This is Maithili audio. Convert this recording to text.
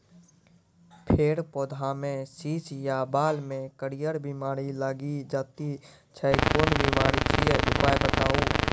फेर पौधामें शीश या बाल मे करियर बिमारी लागि जाति छै कून बिमारी छियै, उपाय बताऊ?